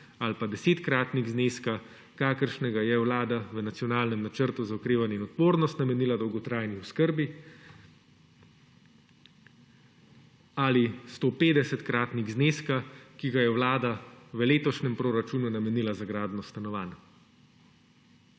ali pa desetkratnik zneska, kakršnega je Vlada v nacionalnem Načrtu za okrevanje in odpornost namenila dolgotrajni oskrbi, ali stopetdesetkratnik zneska, ki ga je Vlada v letošnjem proračunu namenila za gradnjo stanovanj.